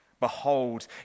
Behold